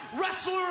wrestler